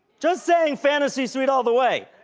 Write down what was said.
just saying, fantasy suite all the way!